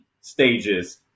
stages